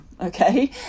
okay